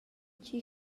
tgi